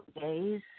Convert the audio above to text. days